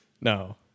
No